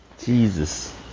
jesus